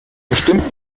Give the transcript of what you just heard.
bestimmt